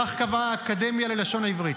כך קבעה האקדמיה ללשון העברית.